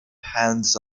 hands